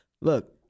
Look